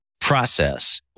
process